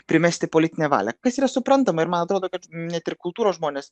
primesti politinę valią kas yra suprantama ir man atrodo kad net ir kultūros žmonės